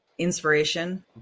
inspiration